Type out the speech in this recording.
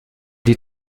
die